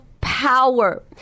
power